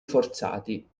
forzati